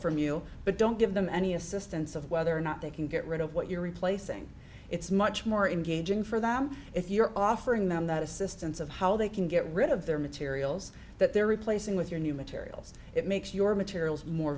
from you but don't give them any assistance of whether or not they can get rid of what you're replacing it's much more engaging for them if you're offering them that assistance of how they can get rid of their materials that they're replacing with your new materials it makes your materials more